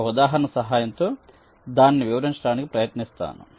ఒక ఉదాహరణ సహాయంతో దానిని వివరించడానికి ప్రయత్నిస్తాను